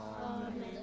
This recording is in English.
Amen